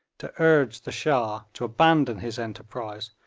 to urge the shah to abandon his enterprise,